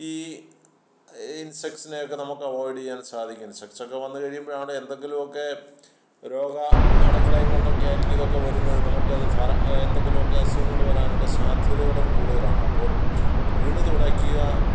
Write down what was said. ഈ ഇൻസെക്ടസിനെയൊക്കെ നമുക്ക് അവോയ്ഡ് ചെയ്യാൻ സാധിക്കും ഇൻസെക്ടസൊക്കെ വന്ന് കഴിയുമ്പോഴാണ് എന്തെങ്കിലുമൊക്കെ രോഗാണുക്കളെയും കൊണ്ടൊക്കെ ആയിരിക്കൂം ഇതൊക്കെ വരുന്നത് നമുക്കത് ധാരാ എന്തങ്കിലുമൊക്കെ അസുഖങ്ങള് വരാനുള്ള സാധ്യതകളും കൂടുതലാണപ്പോള് വീട് തുടയ്ക്കുക